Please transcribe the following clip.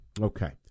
Okay